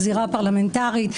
בזירה הפרלמנטרית,